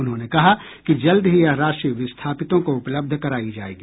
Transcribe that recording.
उन्होंने कहा कि जल्द ही यह राशि विस्थापितों को उपलब्ध करायी जायेगी